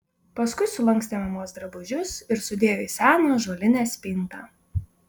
paskui sulankstė mamos drabužius ir sudėjo į seną ąžuolinę spintą